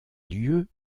lieu